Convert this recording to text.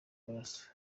amaraso